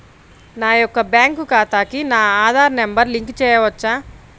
నా యొక్క బ్యాంక్ ఖాతాకి నా ఆధార్ నంబర్ లింక్ చేయవచ్చా?